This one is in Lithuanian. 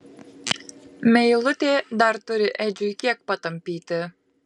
meilutė dar turi edžiui kiek patampyti